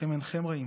אתם אינכם רעים,